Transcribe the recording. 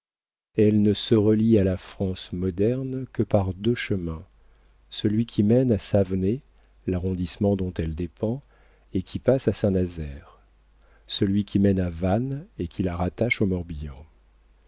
elle ne se relie à la france moderne que par deux chemins celui qui mène à savenay l'arrondissement dont elle dépend et qui passe à saint-nazaire celui qui mène à vannes et qui la rattache au morbihan